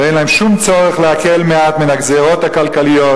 ואין להם שום צורך להקל מעט מן הגזירות הכלכליות